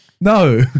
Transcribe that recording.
No